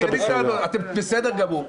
בסדר גמור.